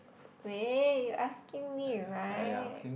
wait you asking me right